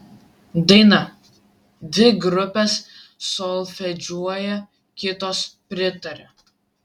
daina dvi grupės solfedžiuoja kitos pritaria